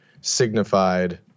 signified